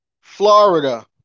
Florida